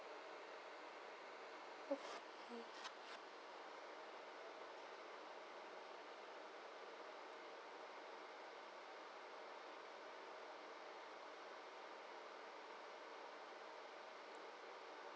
okay